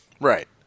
Right